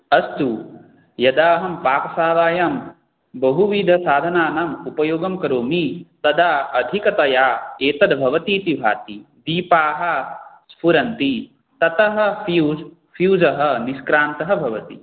अस्तु यदा अहं पाकशालायां बहुविधसाधनानां उपयोगं करोमि तदा अधिकतया एतद् भवति इति भाति दीपाः स्फुरन्ति ततः फ़्यूज् फ़्यूजः निष्क्रान्तः भवति